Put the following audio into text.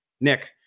Nick